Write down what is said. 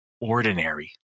ordinary